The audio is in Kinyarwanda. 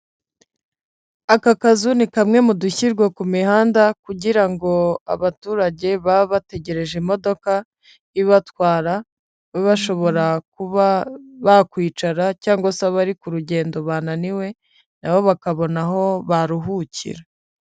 Aka kazu ni kamwe mu dushyirwa ku mihanda, kugira ngo abaturage baba bategereje imodoka ibatwara, babe bashobora kuba bakwicara cyangwa se abari ku rugendo bananiwe na bo bakabona aho baruhukira.